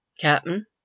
Captain